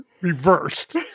reversed